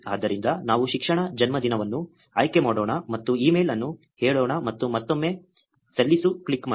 ಆದ್ದರಿಂದ ನಾವು ಶಿಕ್ಷಣ ಜನ್ಮದಿನವನ್ನು ಆಯ್ಕೆ ಮಾಡೋಣ ಮತ್ತು ಇಮೇಲ್ ಅನ್ನು ಹೇಳೋಣ ಮತ್ತು ಮತ್ತೊಮ್ಮೆ ಸಲ್ಲಿಸು ಕ್ಲಿಕ್ ಮಾಡಿ